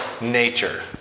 nature